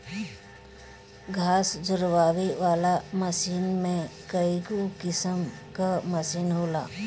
घास झुरवावे वाला मशीन में कईगो किसिम कअ मशीन होला